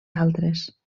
altres